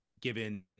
given